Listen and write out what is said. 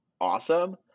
awesome